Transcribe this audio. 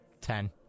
Ten